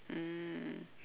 mm